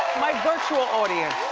my virtual audience.